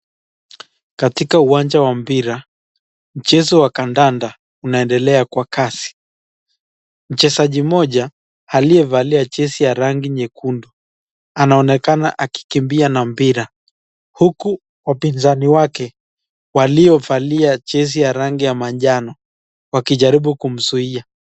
Katika uwanja wa mpira, mchezo wa kandanda unaendelea kwa kasi, mchezaji mmoja aliyevalia jezi ya rangi nyekundu, anaonekana akikimbia na mpira, huku wapinzani wake waliovalia jezi ya rangi ya manjano wakijaribu kumzuiya.